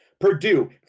Purdue